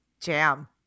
Jam